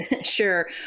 sure